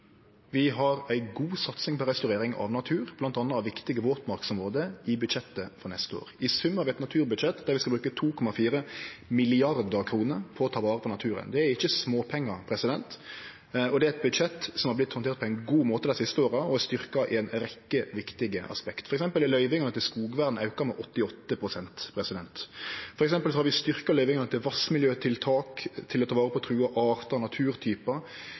neste år. I sum har vi eit naturbudsjett der vi skal bruke 2,4 mrd. kr på å ta vare på naturen. Det er ikkje småpengar, og det er eit budsjett som har vorte handtert på ein god måte dei siste åra, og er styrkt i ei rekkje viktige aspekt. For eksempel er løyvingar til skogvern auka med 88 pst., vi har styrkt løyvingar til vassmiljøtiltak, til å ta vare på trua artar og naturtypar,